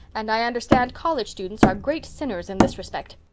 and i understand college students are great sinners in this respect.